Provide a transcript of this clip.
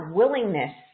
willingness